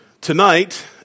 Tonight